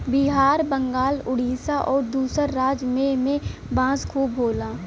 बिहार बंगाल उड़ीसा आउर दूसर राज में में बांस खूब होला